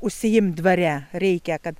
užsiimt dvare reikia kad